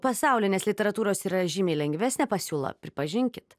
pasaulinės literatūros yra žymiai lengvesnė pasiūla pripažinkit